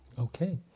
Okay